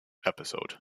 episode